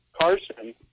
Carson